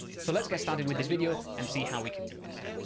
so let's get started with this video and see how we can do that.